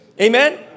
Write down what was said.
Amen